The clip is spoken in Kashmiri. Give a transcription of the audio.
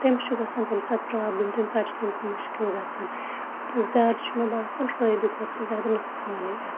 تٔمِس چھُ گَژھان تَمہِ ساتہٕ پرابلٕم تمہِ ساتہٕ چھُ تٔمِس مُشکِل گَژھان تہٕ زیادٕ چھُ مےٚ باسان فٲیدٕ کھۄتہٕ چھُ زیادٕ نۄقصانٕے اَتھ